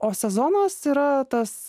o sezonas yra tas